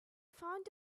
found